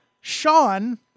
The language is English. Sean